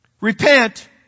Repent